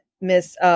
Miss